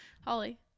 holly